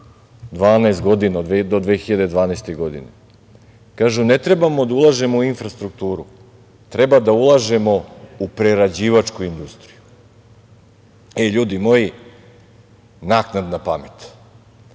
12 godina, do 2012. godine. Kažu, ne trebamo da ulažemo u infrastrukturu, treba da ulažemo u prerađivačku industriju.E, ljudi moji, naknadna pamet,